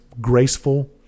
graceful